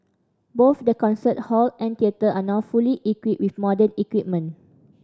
both the concert hall and theatre are now fully equipped with modern equipment